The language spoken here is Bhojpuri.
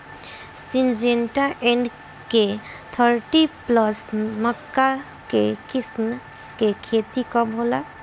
सिंजेंटा एन.के थर्टी प्लस मक्का के किस्म के खेती कब होला?